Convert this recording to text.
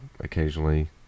occasionally